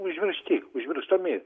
užmiršti užmirštami